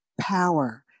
power